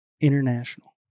International